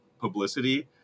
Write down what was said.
publicity